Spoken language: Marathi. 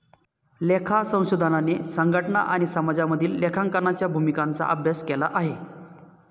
लेखा संशोधनाने संघटना आणि समाजामधील लेखांकनाच्या भूमिकांचा अभ्यास केला आहे